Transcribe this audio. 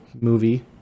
movie